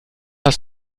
aus